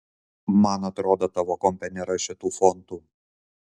man atrodo tavo kompe nėra šitų fontų